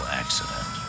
accident